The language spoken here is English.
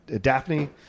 daphne